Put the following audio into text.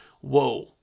whoa